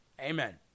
amen